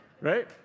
Right